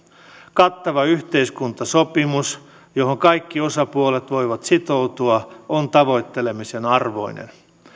kattava yhteiskuntasopimus johon kaikki osapuolet voivat sitoutua on tavoittelemisen arvoinen